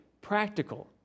practical